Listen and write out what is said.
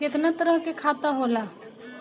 केतना तरह के खाता होला?